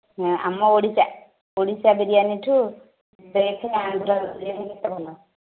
ହଁ ଆମ ଓଡ଼ିଶା ଓଡ଼ିଶା ବିରିୟାନୀଠୁ ଦେଖ ୟାଙ୍କ ବିରିୟାନୀ କେତେ ଭଲ